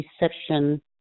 reception